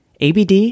ABD